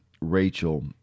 Rachel